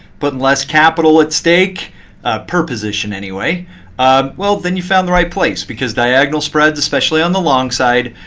but and less capital at stake per position, anyway well, then you found the right place. because diagonal spreads, especially on the long side,